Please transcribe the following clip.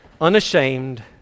unashamed